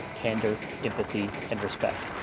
candor, empathy, and respect.